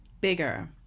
bigger